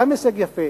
גם הישג יפה.